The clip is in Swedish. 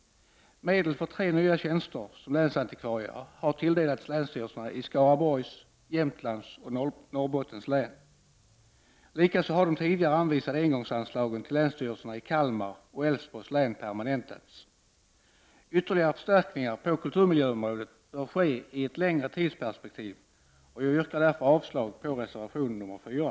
Medel för tre länsantikvarietjänster har tilldelats länsstyrelserna i Skaraborgs, Jämtlands resp. Norrbottens län. Likaså har de tidigare anvisade engångsanslagen till länsstyrelserna i Kalmar län och Älvsborgs län permanentats. Ytterligare förstärkningar på kulturmiljöområdet bör göras i ett längre tidsperspektiv. Jag yrkar avslag på reservation nr 4.